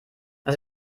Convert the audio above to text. das